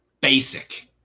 basic